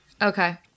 okay